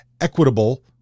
equitable